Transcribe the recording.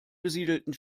besiedelten